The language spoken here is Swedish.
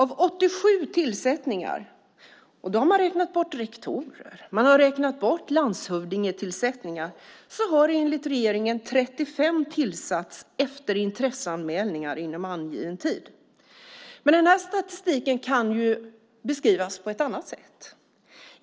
Av 87 tillsättningar - och då har man räknat bort tillsättningar av rektorer och landshövdingar - har enligt regeringen 35 gjorts efter intresseanmälningar inom angiven tid. Men statistiken kan beskrivas på ett annat sätt.